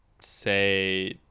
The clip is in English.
say